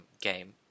game